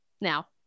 Now